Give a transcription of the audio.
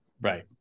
Right